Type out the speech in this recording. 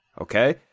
Okay